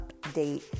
update